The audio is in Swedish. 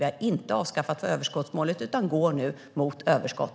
Vi har inte avskaffat överskottsmålet utan går nu mot överskott.